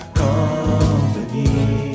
company